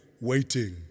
Waiting